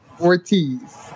Ortiz